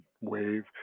wave